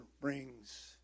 brings